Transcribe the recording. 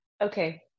okay